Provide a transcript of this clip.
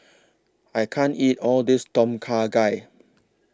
I can't eat All This Tom Kha Gai